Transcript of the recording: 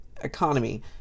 economy